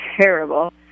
terrible